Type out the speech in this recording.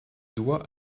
doigts